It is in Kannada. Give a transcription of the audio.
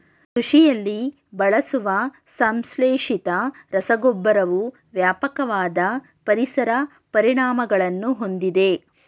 ಕೃಷಿಯಲ್ಲಿ ಬಳಸುವ ಸಂಶ್ಲೇಷಿತ ರಸಗೊಬ್ಬರವು ವ್ಯಾಪಕವಾದ ಪರಿಸರ ಪರಿಣಾಮಗಳನ್ನು ಹೊಂದಿದೆ